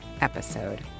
episode